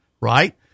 right